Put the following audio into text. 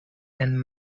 and